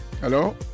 Hello